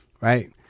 Right